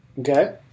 Okay